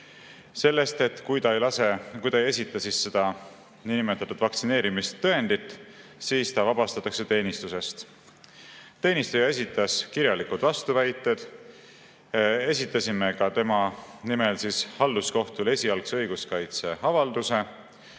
sellest, et kui ta ei esita seda niinimetatud vaktsineerimistõendit, siis ta vabastatakse teenistusest. Teenistuja esitas kirjalikud vastuväited. Esitasime ka tema nimel halduskohtule esialgse õiguskaitseavalduse.